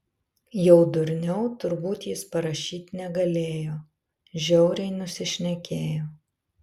jau durniau turbūt jis parašyt negalėjo žiauriai nusišnekėjo